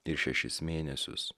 ir šešis mėnesius